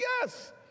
Yes